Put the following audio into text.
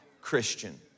Christian